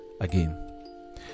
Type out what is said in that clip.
again